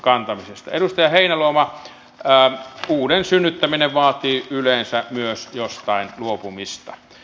edustaja heinäluoma uuden synnyttäminen vaatii yleensä myös jostain luopumista